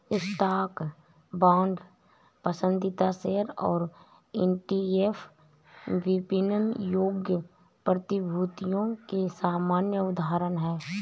stock, bond, पसंदीदा share और ETF विपणन योग्य प्रतिभूतियों के सामान्य उदाहरण हैं